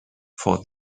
for